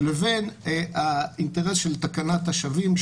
לבין האינטרס של תקנת השבים,